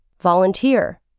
Volunteer